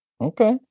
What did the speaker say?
okay